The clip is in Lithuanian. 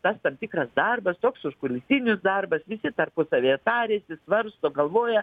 tas tam tikras darbas toks užkulisinis darbas visi tarpusavyje tariasi svarsto galvoja